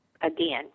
again